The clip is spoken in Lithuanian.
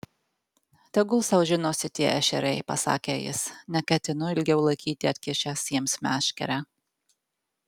tegul sau žinosi tie ešeriai pasakė jis neketinu ilgiau laikyti atkišęs jiems meškerę